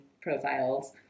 profiles